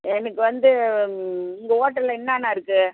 எனக்கு வந்து உங்கள் ஹோட்டலில் என்னென்ன இருக்கு